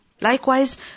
Likewise